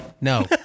No